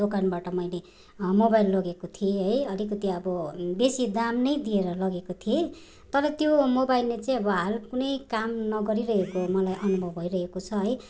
दोकानबाट मैले मोबाइल लगेको थिएँ है अलिकति अब बेसी दाम नै दिएर लगेको थिएँ तर त्यो मोबाइलले चाहिँ अब हाल कुनै काम नगरिरहेको मलाई अनुभव भइरहेको छ है